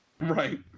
Right